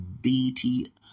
BT